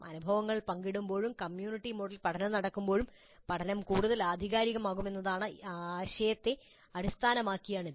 അനുഭവങ്ങൾ പങ്കിടുമ്പോഴും കമ്മ്യൂണിറ്റി മോഡിൽ പഠനം നടക്കുമ്പോഴും പഠനം കൂടുതൽ ആധികാരികമാകുമെന്ന ആശയത്തെ അടിസ്ഥാനമാക്കിയാണ് ഇത്